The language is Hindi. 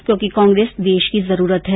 क्योकि कांग्रेस देश की जरूरत है